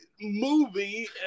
movie